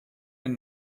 den